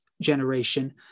generation